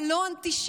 זה לא אנטישמי,